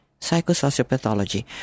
psychosociopathology